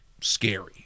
scary